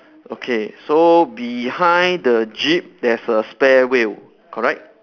okay so behind the jeep there's a spare wheel correct